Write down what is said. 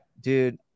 Dude